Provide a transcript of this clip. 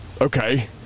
okay